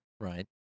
Right